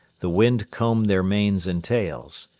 the wind combed their manes and tails.